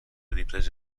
riprese